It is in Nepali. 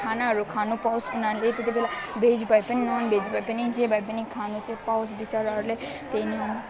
खानाहरू खानु पाओस् उनीहरूले त्यतिबेला भेज भए पनि ननभेज भए पनि जे भए पनि खानु चाहिँ पाओस् बिचाराहरूले त्यही नै हो